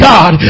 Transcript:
God